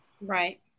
Right